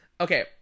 Okay